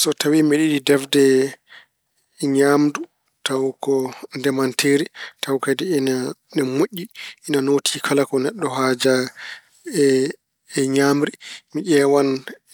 So tawi mbeɗa yiɗi defde ñaamdu taw ko ndemanteeri taw kadi ina moƴƴi, ina nooti kala ko neɗɗo haaja e ñaamri, mi ƴeewan